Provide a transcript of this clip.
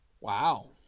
Wow